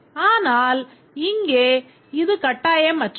ஆனால் இங்கே இது கட்டாயமற்றது